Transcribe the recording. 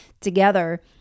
together